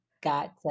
got